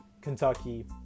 Kentucky